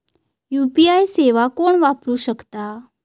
UPI सेवा कोण वापरू शकता?